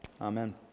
Amen